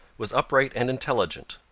was upright and intelligent,